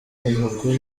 umukuru